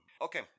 okay